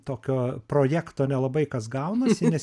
tokio projekto nelabai kas gaunasi nes